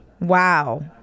Wow